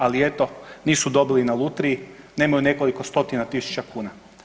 Ali eto nisu dobili na lutriji, nemaju nekoliko stotina tisuća kuna.